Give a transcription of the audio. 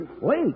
Wait